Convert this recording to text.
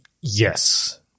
Yes